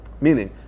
Meaning